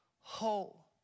whole